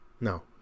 No